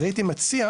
אז הייתי מציע,